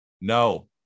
No